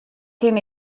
kin